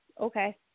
Okay